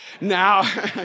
now